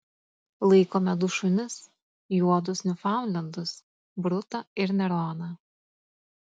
laikome du šunis juodus niufaundlendus brutą ir neroną